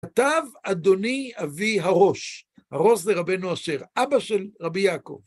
כתב אדוני אבי הראש, הראש זה רבנו אשר, אבא של רבי יעקב.